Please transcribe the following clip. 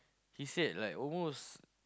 he said like almost